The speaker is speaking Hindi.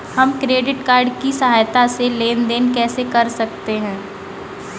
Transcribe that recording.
हम क्रेडिट कार्ड की सहायता से लेन देन कैसे कर सकते हैं?